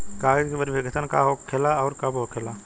कागज के वेरिफिकेशन का हो खेला आउर कब होखेला?